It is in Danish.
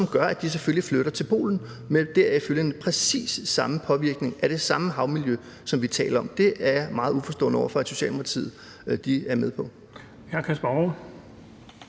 som gør, at de selvfølgelig flytter til Polen med deraf følgende præcis samme påvirkning af det samme havmiljø, som vi taler om. Det er jeg meget uforstående over for at Socialdemokratiet er med på.